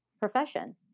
profession